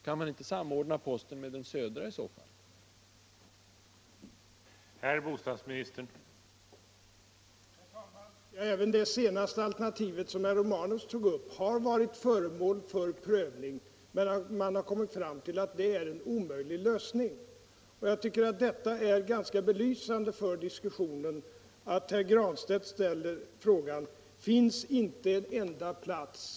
Kan man inte samordna posten med den södra av dessa terminaler i så fall?